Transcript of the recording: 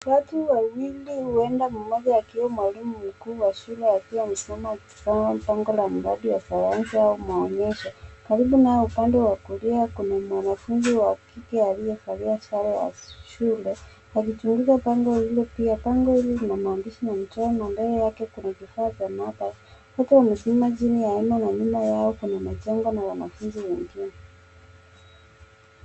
Watu wawili huenda mmoja akiwa mwalimu mkuu wa shule akiwa amesimama akisoma mpango la mradi wa sayansi au maonyesho. Karibu nao upande wa kulia kuna mwanafunzi wa kike aliyevalia sare ya shule wakichunguza bango hilo pia. Bango hili lina maandishi na michoro na mbele yake kuna kifaa cha maabara huku amesimama chini ya hema na nyuma yao kuna majengo na wanafunzi wengine.